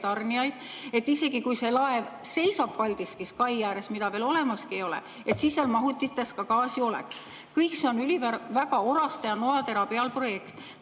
et isegi kui see laev seisab Paldiskis kai ääres, mida veel olemas ei ole, siis selle mahutites oleks gaasi. Kõik see on üliväga orade ja noatera peal projekt.